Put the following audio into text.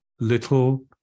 little